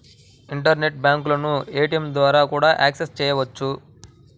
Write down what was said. internet బ్యాంకులను ఏటీయంల ద్వారా కూడా యాక్సెస్ చెయ్యొచ్చు